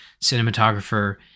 cinematographer